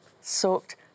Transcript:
soaked